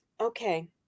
okay